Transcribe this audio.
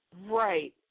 Right